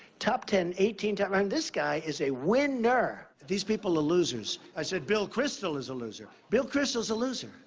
top ten eighteen tim i mean, um this guy is a win-ner. these people are losers. i said bill crystal is a loser. bill crystal's a loser.